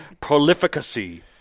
Prolificacy